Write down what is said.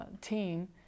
team